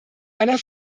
einer